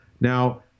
Now